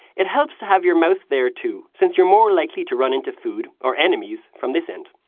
it helps to have your mouth there too since you're more likely to run into food or enemies from this end.